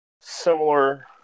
similar